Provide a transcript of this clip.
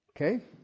Okay